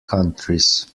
countries